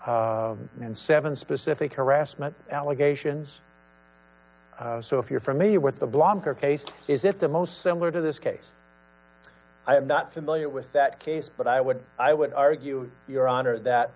female and seven specific harassment allegations so if you're familiar with the blogger case is it the most similar to this case i'm not familiar with that case but i would i would argue your honor that